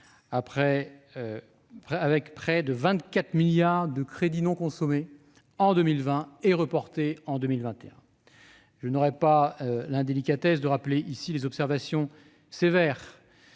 avec près de 24 milliards d'euros de crédits non consommés en 2020 et reportés en 2021. Je n'aurai pas l'indélicatesse de rappeler les observations sévères